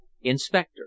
Inspector